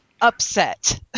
upset